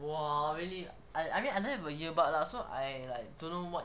!wah! really I I mean I don't have a earbuds lah so I don't know what